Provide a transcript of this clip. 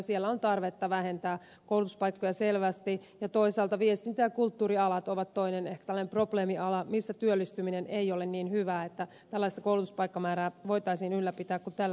siellä on tarvetta vähentää koulutuspaikkoja selvästi ja toisaalta viestintä ja kulttuurialat ovat ehkä toinen tällainen probleemiala missä työllistyminen ei ole niin hyvää että tällaista koulutuspaikkamäärää voitaisiin ylläpitää kuin tällä hetkellä on